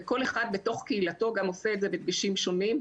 וכל אחד בתוך קהילתו גם עושה את זה בדגשים שונים,